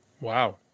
Wow